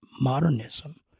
modernism